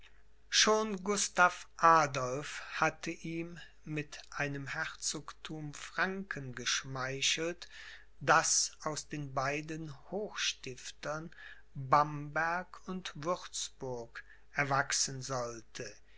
schon gustav adolph hatte ihm mit einem herzogthum franken geschmeichelt das aus den beiden hochstiftern bamberg und würzburg erwachsen sollte